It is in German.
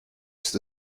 ist